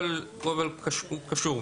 אבל הוא קשור.